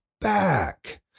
back